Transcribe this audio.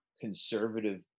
conservative